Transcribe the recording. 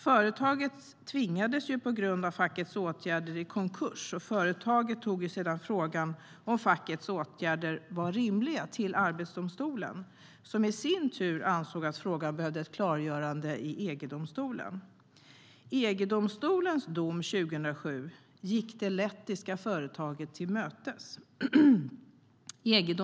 Företaget tvingades på grund av fackets åtgärder i konkurs, och företaget tog sedan frågan om huruvida fackets åtgärder var rimliga till Arbetsdomstolen - som i sin tur ansåg att frågan behövde ett klargörande i EG-domstolen. EG-domstolens dom 2007 gick det lettiska företaget till mötes.